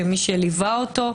מי שליווה אותו.